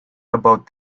about